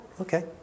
okay